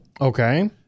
Okay